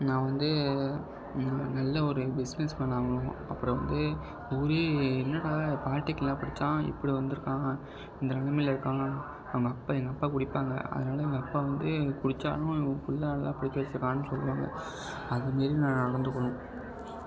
நான் வந்து நல்ல ஓரு பிஸ்னஸ் பண்ணணும் அப்புறம் வந்து ஊரே என்னடா பாலிடெக்னிகில் படித்தான் இப்படி வந்திருக்கான் இந்த நிலமையில இருக்கான் அவங்க அப்பன் எங்கள் அப்பா குடிப்பாங்க அதனாலே எங்கள் அப்பா வந்து குடித்தாலும் உன் பிள்ள நல்லா படிக்க வெச்சுருக்கான்னு சொல்லுவாங்க அதுமாரி நான் நடந்துக்கணும்